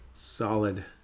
solid